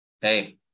hey